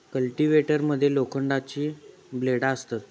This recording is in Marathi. कल्टिवेटर मध्ये लोखंडाची ब्लेडा असतत